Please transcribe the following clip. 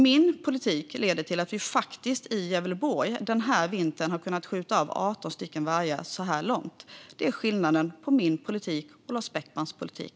Min politik har lett till att vi i Gävleborg den här vintern faktiskt har kunnat skjuta av 18 stycken vargar. Det är skillnaden mellan min politik och Lars Beckmans politik.